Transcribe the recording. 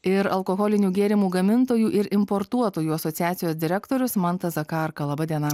ir alkoholinių gėrimų gamintojų ir importuotojų asociacijos direktorius mantas zakarka laba diena